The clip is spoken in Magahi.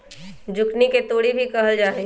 जुकिनी के तोरी भी कहल जाहई